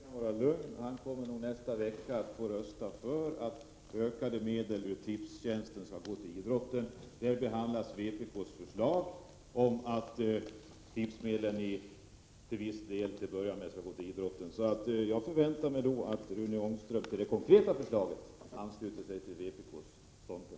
Herr talman! Rune Ångström kan vara lugn. Han kommer i nästa vecka att kunna rösta för att medel från Tipstjänst i ökad utsträckning skall gå till idrotten. Då behandlas vpk:s förslag om att tipsmedel till att börja med till viss del skall gå till idrotten. Jag förväntar mig att Rune Ångström när det gäller det konkreta förslaget ansluter sig till vpk:s krav.